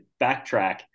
backtrack